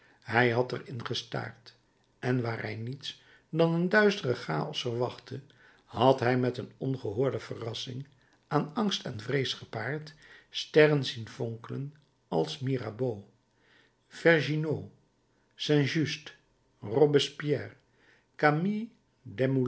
hij had er in gestaard en waar hij niets dan een duisteren chaos verwachtte had hij met een ongehoorde verrassing aan angst en vrees gepaard sterren zien fonkelen als mirabeau vergniaud saint just robespierre camille